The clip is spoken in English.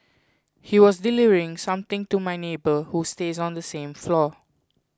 he was delivering something to my neighbour who stays on the same floor